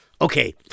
Okay